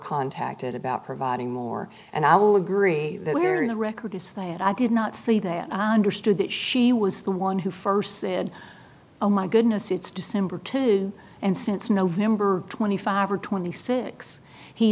contacted about providing more and i will agree there were no record if they had i did not see that i understood that she was the one who st said oh my goodness it's december two and since november twenty five or twenty six he